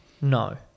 No